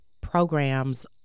programs